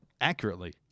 Accurately